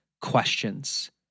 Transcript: questions